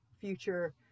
future